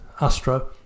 Astro